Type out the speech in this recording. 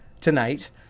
tonight